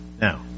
Now